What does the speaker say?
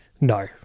No